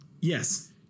Yes